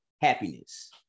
happiness